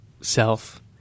self